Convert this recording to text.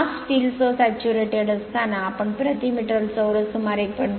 caste steel सह saturated असताना आपण प्रति मीटर चौरस सुमारे 1